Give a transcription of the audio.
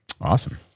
Awesome